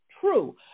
True